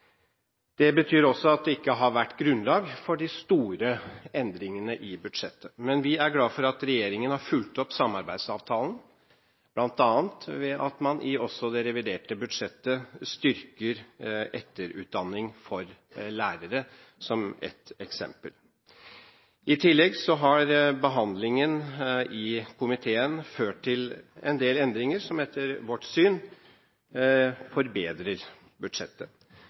Det betyr også at det ikke har vært grunnlag for de store endringene i budsjettet, men vi er glade for at regjeringen har fulgt opp samarbeidsavtalen, bl.a. ved at man også i det reviderte budsjettet styrker etterutdanning for lærere – som ett eksempel. I tillegg har behandlingen i komiteen ført til en del endringer som, etter vårt syn, forbedrer budsjettet.